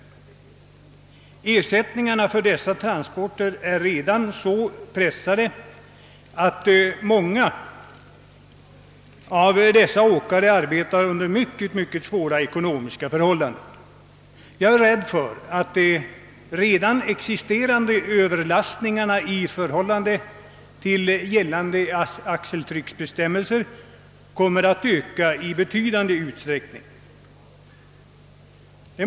Ersättningen för deras transporter är redan så pressad, att många av dessa åkare arbetar under mycket svåra ekonomiska förhållanden, och jag är rädd för att de redan förekommande överlastningarna i förhållande till gällande axeltrycksbestämmelser kommer att öka i betydande utsträckning.